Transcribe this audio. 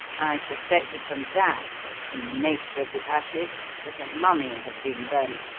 i suspected from that and from the nature of the ashes that a mummy had been burnt,